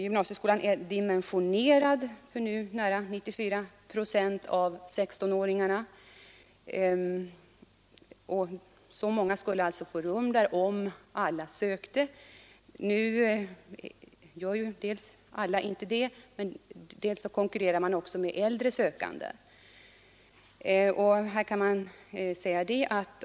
Gymnasieskolan är dimensionerad för nära 94 procent av 16-åringarna. 94 procent av 16-åringarna skulle alltså få rum där om alla sökte. Dels gör nu inte alla det, dels konkurrerar de som söker också med äldre sökande.